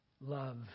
love